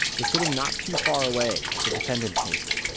was sitting not too far away at the defendant's table.